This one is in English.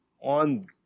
on